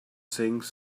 things